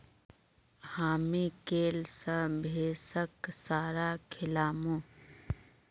हामी कैल स भैंसक चारा खिलामू